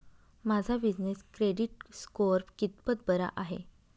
माझा business credit score कितपत बरा आहे?